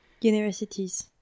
universities